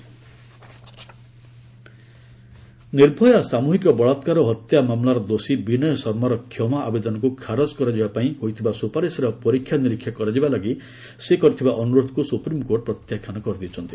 SC mercy plea Nirbhaya ସାମୁହିକ ବଳାତ୍କାର ଓ ହତ୍ୟା ମାମଲାର ଦୋଷୀ ବିନୟ ଶର୍ମାର କ୍ଷମା ଆବେଦନକୁ ଖାରଜ କରାଯିବା ପାଇଁ ହୋଇଥିବା ସୁପାରିଶର ପରୀକ୍ଷାନିରୀକ୍ଷା କରାଯିବା ଲାଗି ସେ କରିଥିବା ଅନୁରୋଧକୁ ସୁପ୍ରିମକୋର୍ଟ ପ୍ରତ୍ୟାଖାନ କରିଦେଇଛନ୍ତି